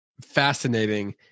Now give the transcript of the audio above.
fascinating